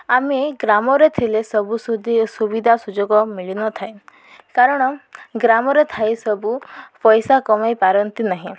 ଆମେ ଗ୍ରାମରେ ଥିଲେ ସବୁ ସୁବିଧା ସୁଯୋଗ ମିଳିନଥାଏ କାରଣ ଗ୍ରାମରେ ଥାଇ ସବୁ ପଇସା କମେଇ ପାରନ୍ତି ନାହିଁ